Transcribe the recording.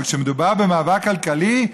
אבל כשמדובר במאבק כלכלי,